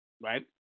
right